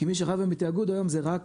כי מי שחייב בתיאגוד היום זה רק